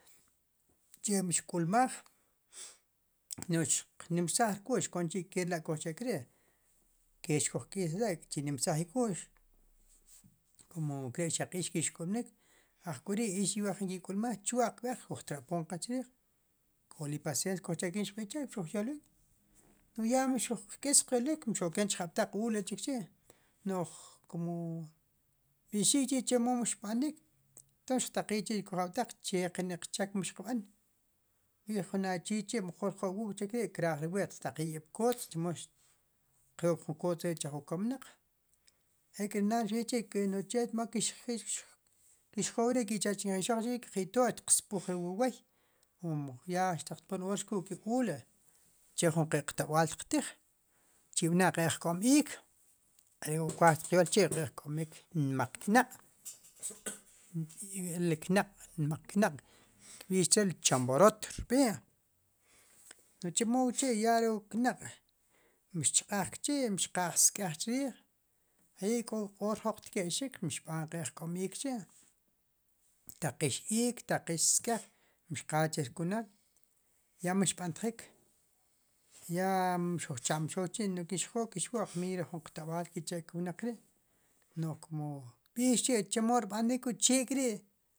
Che mix k'ulmaj nu'j xqnimrsaj rk'u'x konchi' kela' kojcha'kri ke xkojk'isla' chi nimrsaj i k'ux kumo nkare' xaq ix kixk'ulmnik ajk'ori' ix iwa jin ki k'ulmaj chaq kb'ej xkujtrab'poon ke chriij k'ool i pasens kojcha xqb'ij chre' xuj yolwik kumo ya mixuqk'is qyolwik mixoken jab'taq u'la' chik chi' nuj kumo kb'ixik chi chemo mix b'anik tons mixiqtaqiij kuk' jab'taq che ki qchek mixiqb'an xb'iij jun achi' chi' mejor jo' wuk' kcha'kri kraaj re wu we tqtaqij ri kotz' chemo tqyo'k wu kotz' chij wu kamnaq ek'ri naan xb'iij k'chi no chermal kixjoo wre' kicha chnk'ej ixoq chik kujito' tiqsb'uj re wu woy como ya xtapan ri or xku'l ke ri ula' che jun kiq to'b'aal tiqtij chib'na' ki jk'omiik are' wu kwaj tqyol chi ki jk'omiik nmaq knaq' are' le knaq' nmaq knaq' kb'ix chre' la chamborot rb'i' no' chemo wu chi ya re wu knaq' mixchq'aj k'chi' mixqaaj sk'ej chrrij i k'o q'or jroq tke'xik xb'an ki' jk'omiik chi' ktaqix iik ktaqix sk'ej mixqaaj chirkunal ya mixb'antjik ya mixojchamb'xook chi' nu'j kixjo' miiy re jun tob'al kicha' ki wnaq ri' nu'j kumo kb'ixchi chemo rb'anik wu chek'ri'